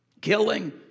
killing